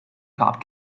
cop